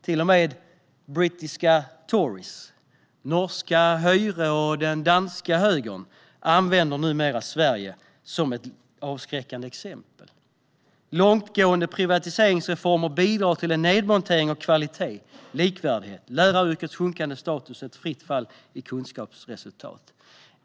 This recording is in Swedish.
Till och med brittiska tories, norska Høyre och den danska högern använder numera Sverige som ett avskräckande exempel. Långtgående privatiseringsreformer bidrar till en nedmontering av kvalitet och likvärdighet, läraryrkets sjunkande status samt ett fritt val i kunskapsresultat.